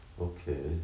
Okay